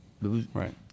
Right